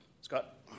Scott